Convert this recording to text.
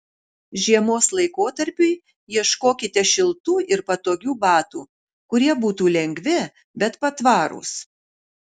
žiemos laikotarpiui ieškokite šiltų ir patogių batų kurie būtų lengvi bet patvarūs